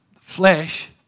flesh